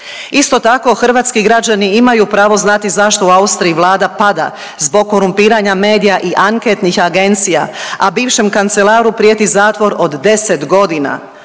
Isto tako hrvatski građani imaju pravo znati zašto u Austriji vlada pada zbog korumpiranja medija i anketnih agencija, a bivšem kancelaru prijeti zatvor od 10 godina,